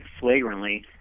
flagrantly